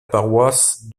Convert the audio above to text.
paroisse